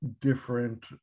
different